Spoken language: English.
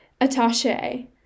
attache